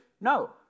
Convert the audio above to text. no